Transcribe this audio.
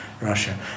Russia